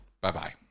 Bye-bye